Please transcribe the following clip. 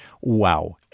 wow